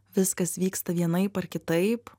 viskas vyksta vienaip ar kitaip